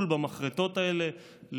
לטיפול במחרטות האלה,